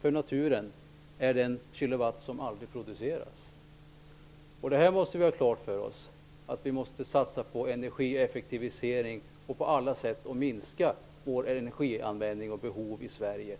för naturen är den kilowatt som aldrig produceras. Det måste vi ha klart för oss. Vi måste satsa på energieffektivering och på alla sätt minska vår energianvändning och vårt energibehov i Sverige.